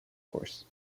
course